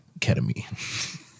ketamine